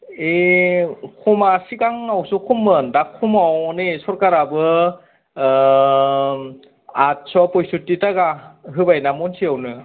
ए खमा सिगांआवसो खममोन दा खमाव नै सोरखाराबो आदस' पयस'थि थाका होबायना मनसेआवनो